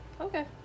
Okay